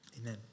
Amen